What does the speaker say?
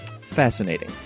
fascinating